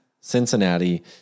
Cincinnati